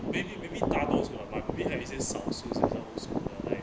maybe maybe 打 those who are but a bit have 一件少数这 those who were like